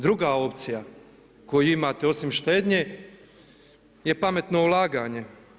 Druga opcija koju imate osim štednje je pametno ulaganje.